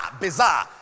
bizarre